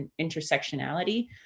intersectionality